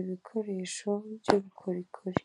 ibikoresho by'ubukorikori.